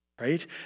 right